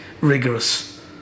rigorous